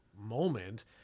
moment